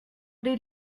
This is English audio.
did